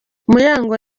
muyango